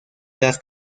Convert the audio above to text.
las